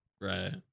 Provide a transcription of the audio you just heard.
Right